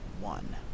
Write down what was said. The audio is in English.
one